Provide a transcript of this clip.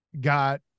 got